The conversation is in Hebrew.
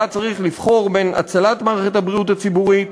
שבה צריך לבחור בין הצלת מערכת הבריאות הציבורית